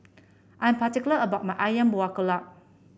I'm particular about my ayam Buah Keluak